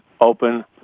open